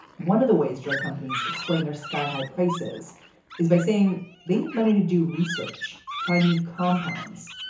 one of the ways drug companies explain their sky high prices is by saying they need money to do research find new compounds.